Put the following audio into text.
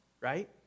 right